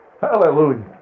Hallelujah